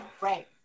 Right